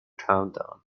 countdown